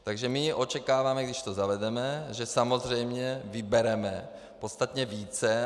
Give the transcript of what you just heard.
Takže my očekáváme, když to zavedeme, že samozřejmě vybereme podstatně více.